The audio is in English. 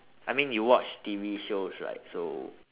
I mean you watch T_V shows right so